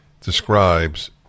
describes